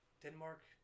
Denmark